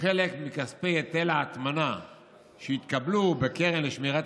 חלק מכספי היטל ההטמנה שהתקבלו בקרן לשמירת